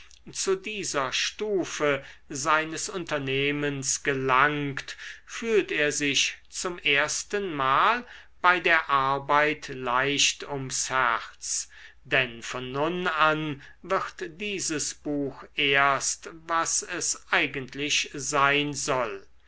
zu dieser stufe seines unternehmens gelangt fühlt er sich zum erstenmal bei der arbeit leicht ums herz denn von nun an wird dieses buch erst was es eigentlich sein soll